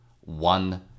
one